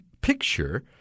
picture